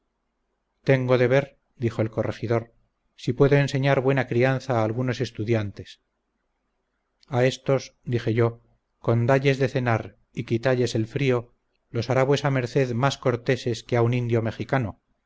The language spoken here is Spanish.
tengo de ver dijo el corregidor si puedo enseñar buena crianza a algunos estudiantes a estos dije yo con dalles de cenar y quitalles el frío los hará vuesa merced más corteses que a un indio mejicano